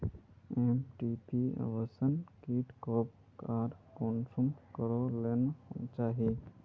MTP abortion kit कब आर कुंसम करे लेना चही?